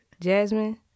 Jasmine